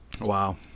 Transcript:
Wow